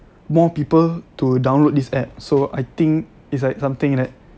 more people to download this app so I think it's like something like